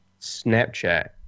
Snapchat